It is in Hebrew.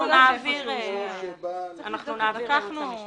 אנחנו נעביר ליועצת המשפטית.